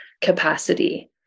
capacity